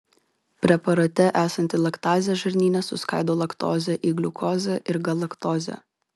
preparate esanti laktazė žarnyne suskaido laktozę į gliukozę ir galaktozę